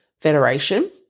Federation